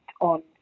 on